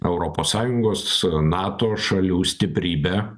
europos sąjungos nato šalių stiprybę